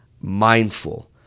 mindful